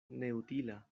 neutila